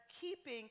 keeping